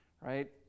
right